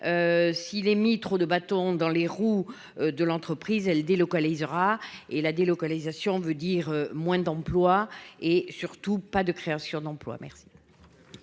S'il est mis trop de bâtons dans les roues de l'entreprise elle-délocalisera et la délocalisation veut dire moins d'emplois et surtout pas de création d'emplois. Merci.